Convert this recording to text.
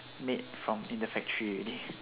made from in the factory already